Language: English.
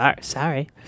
Sorry